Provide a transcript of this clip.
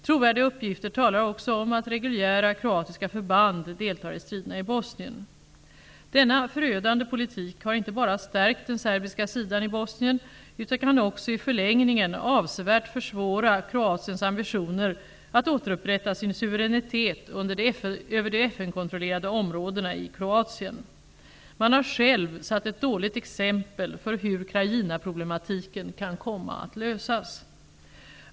Trovärdiga uppgifter talar också om att reguljära kroatiska förband deltar i striderna i Denna förödande politik har inte bara stärkt den serbiska sidan i Bosnien, utan kan också i förlängningen avsevärt försvåra Kroatiens ambitioner att återupprätta sin suveränitet över de FN-kontrollerade områdena i Kroatien. Man har själv satt ett dåligt exempel för hur Krajinaproblematiken kan komma att lösas.